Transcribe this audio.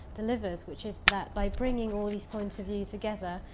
delivers, which is that by bringing all these points of view together.